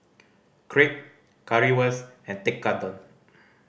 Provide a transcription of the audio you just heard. Crepe Currywurst and Tekkadon